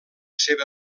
seva